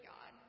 God